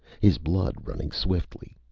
his blood running swiftly,